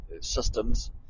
systems